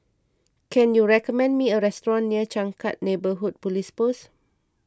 can you recommend me a restaurant near Changkat Neighbourhood Police Post